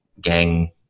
gang